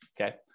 okay